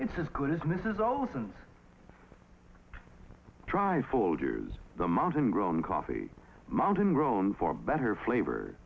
it's as good as mrs olson trifold the mountain grown coffee mountain grown for better flavor